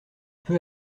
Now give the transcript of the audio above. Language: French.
peu